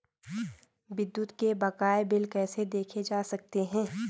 विद्युत के बकाया बिल कैसे देखे जा सकते हैं?